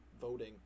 voting